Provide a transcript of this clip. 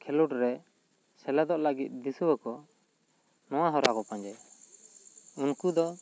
ᱠᱷᱮᱞᱳᱰ ᱨᱮ ᱥᱮᱞᱮᱫᱚᱜ ᱞᱟᱹᱜᱤᱫ ᱫᱤᱥᱣᱟᱹ ᱠᱚ ᱱᱚᱣᱟ ᱦᱚᱨᱟ ᱠᱚ ᱯᱟᱸᱡᱟᱭᱟ ᱩᱱᱠᱩ ᱫᱚ